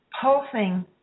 pulsing